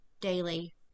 daily